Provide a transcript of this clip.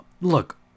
Look